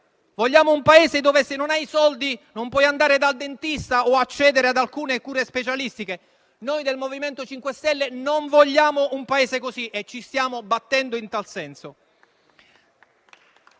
Vogliamo un Paese in cui, se non hai soldi, non puoi andare dal dentista o accedere ad alcune cure specialistiche? Noi del MoVimento 5 Stelle non vogliamo un Paese così e ci stiamo battendo in tal senso.